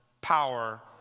power